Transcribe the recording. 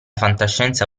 fantascienza